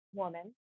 woman